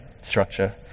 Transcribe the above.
structure